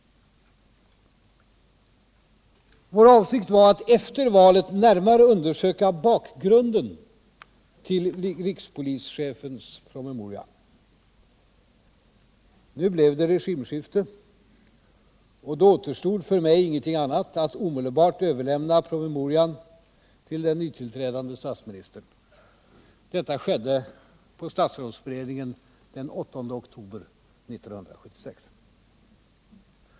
Vår avsikt var att efter valrörelsen närmare undersöka bakgrunden till rikspolisch2fens promemoria. Det blev emellertid regimskifte, och då återstod för mig ingenting annat än att omedelbart överlämna promemorian tillden nye tillträdande statsministern. Detta skedde på statsrådsberedningen den 8 oktober 1976.